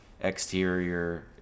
exterior